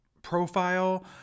profile